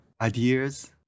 ideas